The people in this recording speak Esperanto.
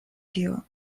tio